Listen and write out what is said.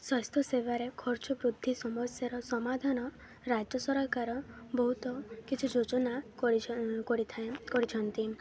ସ୍ୱାସ୍ଥ୍ୟ ସେବାରେ ଖର୍ଚ୍ଚ ବୃଦ୍ଧି ସମସ୍ୟାର ସମାଧାନ ରାଜ୍ୟ ସରକାର ବହୁତ କିଛି ଯୋଜନା କରିଛନ୍ତି